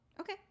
Okay